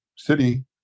city